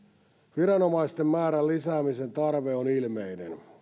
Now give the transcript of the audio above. viranomaisten määrän lisäämisen tarve on ilmeinen